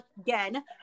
again